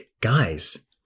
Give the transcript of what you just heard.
Guys